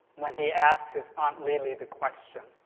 when he asked his aunt lily the question